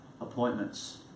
appointments